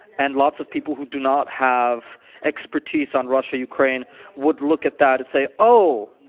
and lots of people who do not have expertise on russia-ukraine would look at that and say, oh!